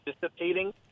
dissipating